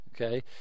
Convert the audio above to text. Okay